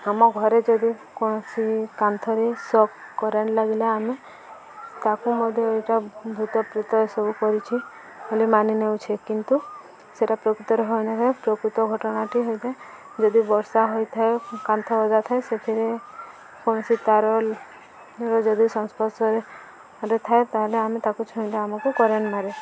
ଆମ ଘରେ ଯଦି କୌଣସି କାନ୍ଥରେ ସକ୍ କରେଣ୍ଟ ଲାଗିଲେ ଆମେ ତାକୁ ମଧ୍ୟ ଏଇଟା ଭୂତପ୍ରେତ ଏସବୁ କରିଛି ବୋଲି ମାନି ନେଉଛେ କିନ୍ତୁ ସେଟା ପ୍ରକୃତରେ ହୋଇନଥାଏ ପ୍ରକୃତ ଘଟଣାଟି ହୋଇଥାଏ ଯଦି ବର୍ଷା ହୋଇଥାଏ କାନ୍ଥ ଓଦା ଥାଏ ସେଥିରେ କୌଣସି ତାରର ଯଦି ସଂସ୍ପର୍ଶରେ ଥାଏ ତା'ହେଲେ ଆମେ ତାକୁ ଛୁଇଁଲେ ଆମକୁ କରେଣ୍ଟ ମାରେ